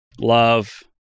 Love